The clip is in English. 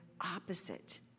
opposite